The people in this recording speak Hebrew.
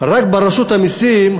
רק ברשות המסים,